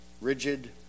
rigid